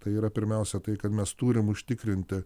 tai yra pirmiausia tai kad mes turim užtikrinti